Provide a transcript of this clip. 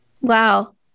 Wow